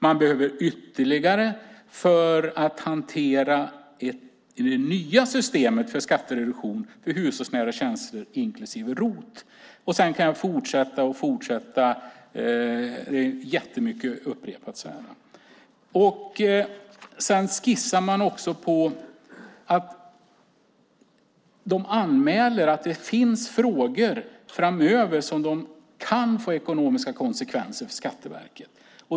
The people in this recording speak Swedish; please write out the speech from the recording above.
Man behöver också mer för att hantera det nya systemet för skattereduktion för hushållsnära tjänster, inklusive ROT. Jag kan fortsätta hur länge som helst. Man skissar också upp att det finns frågor framöver som kan få ekonomiska konsekvenser för Skatteverket.